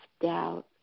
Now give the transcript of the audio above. doubt